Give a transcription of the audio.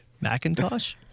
Macintosh